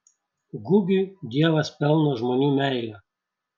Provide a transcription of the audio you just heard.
gugiui dievas pelno žmonių meilę